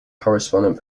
correspondent